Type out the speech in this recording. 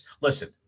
listen